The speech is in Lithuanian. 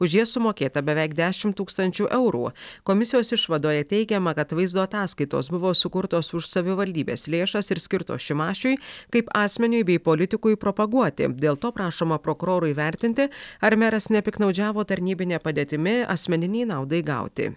už jas sumokėta beveik dešim tūkstančių eurų komisijos išvadoje teigiama kad vaizdo ataskaitos buvo sukurtos už savivaldybės lėšas ir skirtos šimašiui kaip asmeniui bei politikui propaguoti dėl to prašoma prokuroro įvertinti ar meras nepiktnaudžiavo tarnybine padėtimi asmeninei naudai gauti